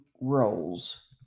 roles